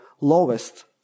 lowest